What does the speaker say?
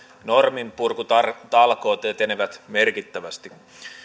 norminpurkutalkoot etenevät merkittävästi